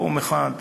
פורום אחד,